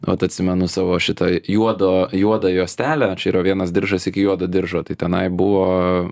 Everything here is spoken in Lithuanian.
vat atsimenu savo šitą juodo juodą juostelę čia yra vienas diržas iki juodo diržo tai tenai buvo